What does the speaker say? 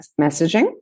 messaging